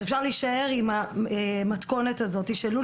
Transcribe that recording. אפשר להישאר עם המתכונת הזאת של לול